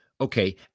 okay